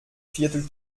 viertel